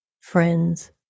friends